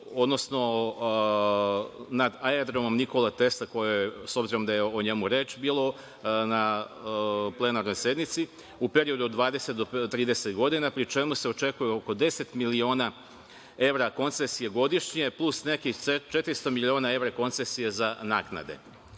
odnosno nad Aerodromom „Nikola Tesla“ s obzirom da je o njemu reč bilo na plenarnoj sednici, u periodu od 20 do 30 godina, pri čemu se očekuje oko deset miliona evra koncesije godišnje plus nekih 400 miliona evra koncesija za naknade.S